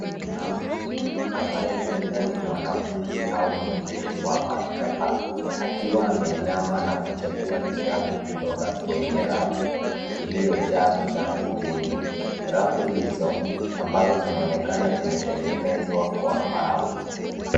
Kuna mtu ambaye huenda ni mwanafunzi au mhudumu wa maktaba, akiwa ameinama na kuchagua kitabu kutoka kwenye rafu, iliyojaa vitabu vingi. Rafu hizo ambazo zinaonekana zimetengenezwa kwa mbao.